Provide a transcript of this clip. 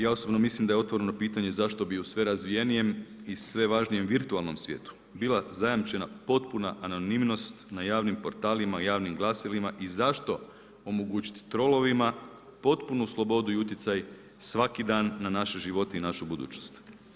Ja osobno mislim da je otvoreno pitanje zašto bi u sve razvijenijem i sve važnijem virtualnom svijetu bila zajamčena potpuna anonimnost na javnim portalima, javnim glasilima i zašto omogućiti trolovima potpunu slobodnost i utjecaj svaki dan na naše živote i našu budućnost.